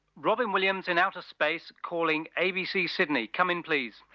robyn williams in outer space calling abc, sydney, come in please.